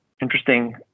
interesting